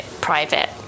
private